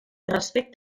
respecte